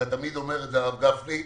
אתה תמיד אומר את זה הרב גפני,